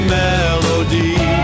melody